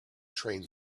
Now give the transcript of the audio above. train